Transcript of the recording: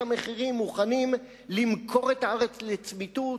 המחירים מוכנים למכור את הארץ לצמיתות?